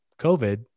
COVID